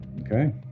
Okay